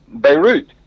beirut